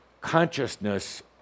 Consciousness